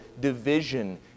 division